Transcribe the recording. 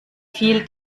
viel